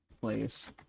place